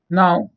now